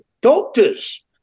doctors